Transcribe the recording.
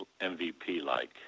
MVP-like